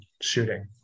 shooting